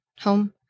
home